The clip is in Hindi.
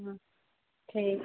हाँ ठीक